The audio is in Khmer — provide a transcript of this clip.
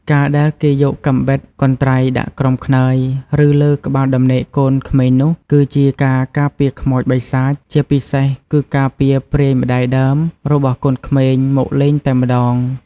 ការដែលគេយកកាំបិត កន្ត្រៃដាក់ក្រោមខ្នើយ ឬលើក្បាលដំណេកកូនក្មេងនោះ គឺជាការការពារខ្មោច បិសាច ជាពិសេសគឺការពារព្រាយម្តាយដើម របស់កូនក្មេងមកលេងតែម្តង